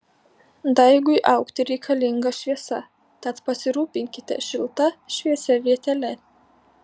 daigui augti reikalinga šviesa tad pasirūpinkite šilta šviesia vietele